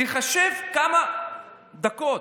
תחשב כמה דקות,